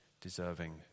deserving